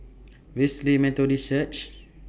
Wesley Methodist Church